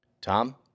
Tom